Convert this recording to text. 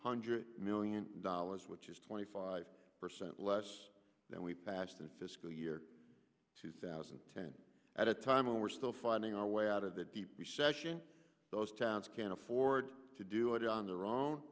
hundred million dollars which is twenty five percent less than we passed in fiscal year two thousand and ten at a time when we're still finding our way out of the deep recession those towns can't afford to do it on their own